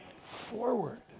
forward